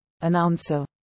announcer